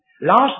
Last